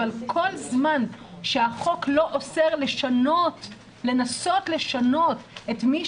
אבל כל זמן שהחוק לא אוסר לנסות לשנות את מי